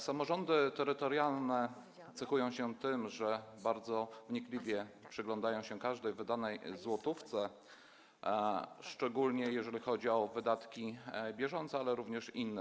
Samorządy terytorialne cechują się tym, że bardzo wnikliwie przyglądają się każdej wydanej złotówce, szczególnie jeżeli chodzi o wydatki bieżące, ale nie tylko.